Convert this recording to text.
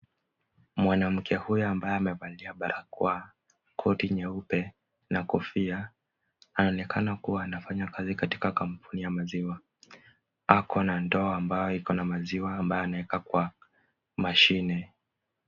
Mwanamke huyo ambaye amevalia barakoa, koti nyeupe, na kofia, anaonekana kua anafanya kazi katika kampuni ya maziwa. Akona ndoo ambayo ikona maziwa ambayo anaweka kwa mashine.